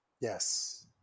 yes